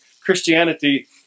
Christianity